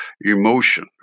emotion